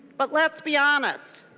but let's be honest.